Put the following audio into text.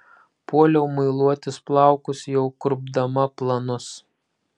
puoliau muiluotis plaukus jau kurpdama planus